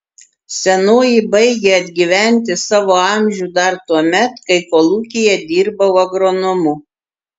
senoji baigė atgyventi savo amžių dar tuomet kai kolūkyje dirbau agronomu